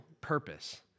purpose